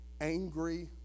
angry